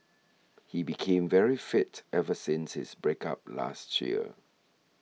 he became very fit ever since his break up last year